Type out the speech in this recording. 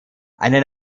eine